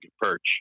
perch